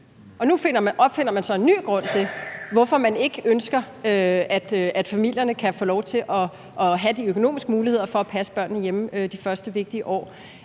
nu opfinder man så en ny grund til, hvorfor man ikke ønsker, at familierne kan få lov til at have de økonomiske muligheder for at passe børnene hjemme de første vigtige år.